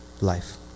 life